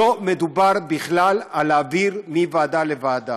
לא מדובר בכלל על להעביר מוועדה לוועדה,